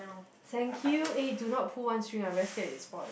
thank you eh do not pull one string I very scared it spoil